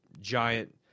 giant